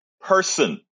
person